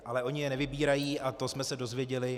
Ale oni je nevybírají a to jsme se dozvěděli.